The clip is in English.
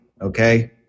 okay